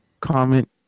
comment